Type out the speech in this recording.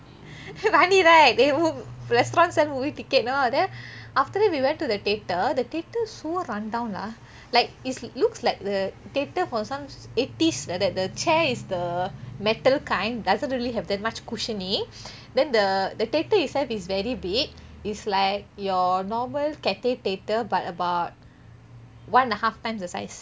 funny right restaurant sell movie ticket know then after that we went to the theatre the theatre so run down lah like it looks like the theatre from some eighties like that the chair is the metal kind doesn't really have that much cushiony then the the theatre itself is very big is like your normal cathay theatre but about one and a half times the size